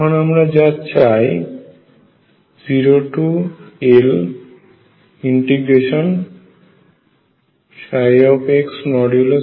এখন আমরা যা চাই 0Lx2 dx1